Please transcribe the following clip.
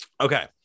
Okay